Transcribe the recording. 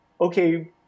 okay